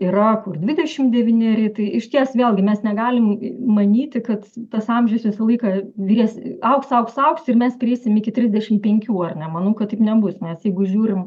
yra kur dvidešim devyneri tai išties vėlgi mes negalim manyti kad tas amžius visą laiką vyres augs augs augs ir mes prieisim iki tridešim penkių ar ne manau kad taip nebus nes jeigu žiūrim